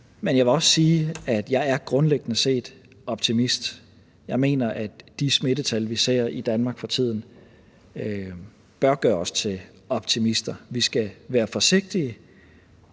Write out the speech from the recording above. Men jeg vil også sige, at jeg grundlæggende er optimist. Jeg mener, at de smittetal, vi ser i Danmark for tiden, bør gøre os til optimister. Vi skal være forsigtige,